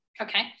Okay